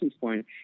point